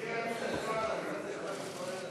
נתקבלו.